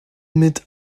mit